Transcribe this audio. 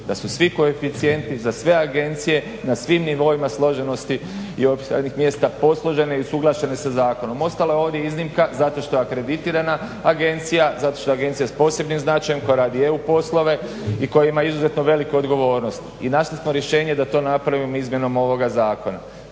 da su svi koeficijenti za sve agencije, na svim nivoima složenosti i opis radnih mjesta posložene i usuglašene sa zakonom. Ostala je ovdje iznimka zato što je akreditirana agencija, zato što je agencija s posebnim značajem koja radi EU poslove i koja ima izuzetno veliku odgovornost i našli smo rješenje da to napravimo izmjenom ovoga zakona.